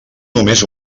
només